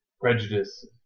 prejudice